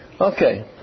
okay